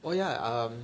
oh yeah um